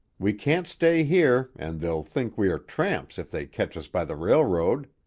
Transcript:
we can't stay here, and they'll think we are tramps if they catch us by the railroad.